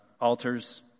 altars